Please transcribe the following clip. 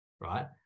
right